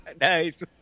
Nice